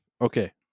okay